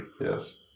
Yes